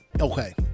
Okay